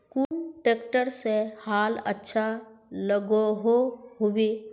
कुन ट्रैक्टर से हाल अच्छा लागोहो होबे?